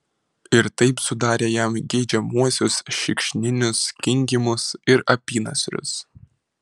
ir taip sudarė jam geidžiamuosius šikšninius kinkymus ir apynasrius